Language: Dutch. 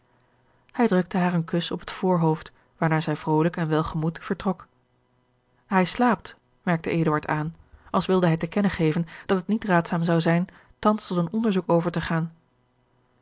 hij drukte haar een kus op het voorhoofd waarna zij vrolijk en welgemoed vertrok hij slaapt merkte eduard aan als wilde hij te kennen geven dat het niet raadzaam zou zijn thans tot een onderzoek over te gaan